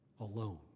alone